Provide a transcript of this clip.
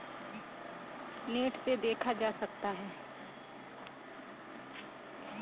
net से देखल जा सकल जाला